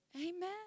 Amen